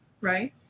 right